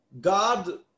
God